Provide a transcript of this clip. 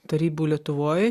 tarybų lietuvoj